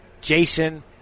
Jason